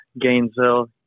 Gainesville